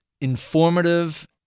informative